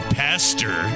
pastor